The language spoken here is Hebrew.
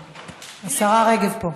השרה רגב פה.